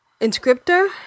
inscriptor